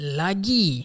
lagi